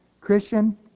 Christian